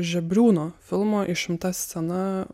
žebriūno filmo išimta scena